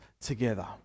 together